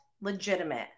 legitimate